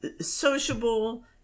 sociable